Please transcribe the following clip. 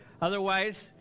Otherwise